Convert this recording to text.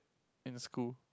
in school